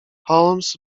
holmes